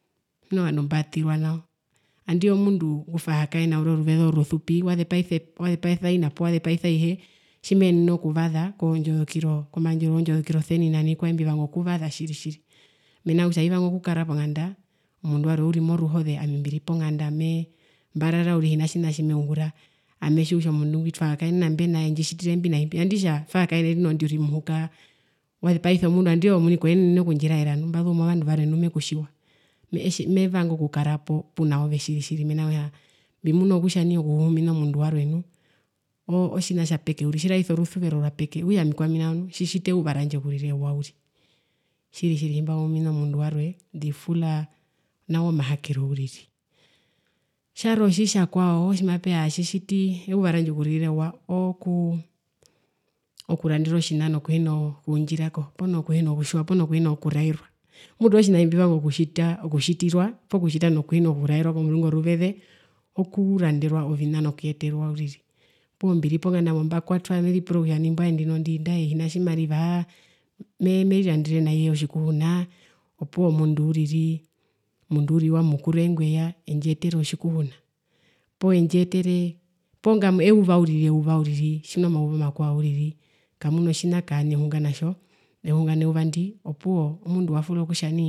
Tjimuno vandumbatirwanao, nandii omundu ngutwahaeka uriri oruveze orusupi wasepaisa epa, wazepaisa ina poo wazepaisa ihe tjimeenene okuvasa kozondjozikiro komaandjero wozondjozikiro zosenina noovikwae mbivanga okuvasa tjiri tjiri mena rokutja hivanga okukara ponganda omundu warwe uri moruhoze ami mbiri ponganda mee mbarara uriri hina tjina tjimeungura, ametjiwa kutja omundu ngwi twahakaenena mbena naimba endjitjitire imbi naimbi andi kutja twahakaene ndinondi uriri muhuka wazepaisa omundu andi kutja ove omuni kwenene okundjiraera mbazuu movandu varwe nu mekutjiwa mevanga okukarapo punaove tjiri tjiri mena rokutja mbimuna kutja okuhuhumina omundu warwe nu otjina tjapeke uriri tjiraisa orusuvero rwapeke okutja kwami nu tjitjita eyuva randje okurira ewa uriri tjiri tjiri tjimbahuhumina omundu warwe mbifula nawa omahakero uriri, tjarwe otjitjakwao tjimapeya atjitji eyuva randje okurira ewa ookuu okuranderwa otjina nokuhina kuundjirako poo nokuhina kutjiwa poo nokuhina kuraerwa, mutu oo tjina tjimbivanga okutjita okutjitirwa poo kutjita nokuhina kuraerwa komurungu oruveze okuranderwa ovina nokuyeterwa uriri, opuwo mbiri ponganda mbo mbakwatwa meripura mbwae hino tjimarivaa, merirarndere naiye otjikuhuna opuwo omundu uriri omundu wa mukuru eengwi eya endjiyetere otjikuhuna, poo indjiyeteree poo eyuva uriri eyuva uriri tjimuna omayuva omakwao uriri kamunatjina kaani ohunga natjo eyuva ndi opuwo mundu wafula kutja nai